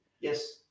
Yes